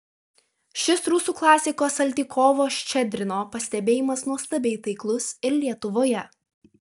šis rusų klasiko saltykovo ščedrino pastebėjimas nuostabiai taiklus ir lietuvoje